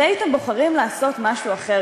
הרי הייתם בוחרים לעשות משהו אחר,